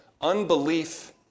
Unbelief